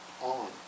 on